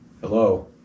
Hello